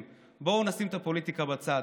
בואו נשים את הפוליטיקה בצד,